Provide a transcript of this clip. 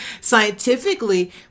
scientifically